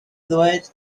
ddweud